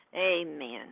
Amen